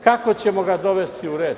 Kako ćemo ga dovesti u red?